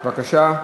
בבקשה.